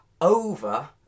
over